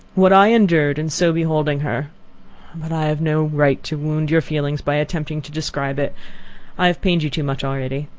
what i endured in so beholding her but i have no right to wound your feelings by attempting to describe it i have pained you too much already.